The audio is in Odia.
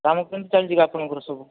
କାମ କେମିତି ଚାଲିଛି କି ଆପଣଙ୍କର ସବୁ